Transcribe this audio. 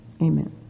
Amen